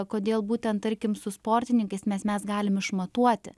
kodėl būtent tarkim su sportininkais nes mes galim išmatuoti